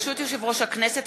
ברשות יושב-ראש הכנסת,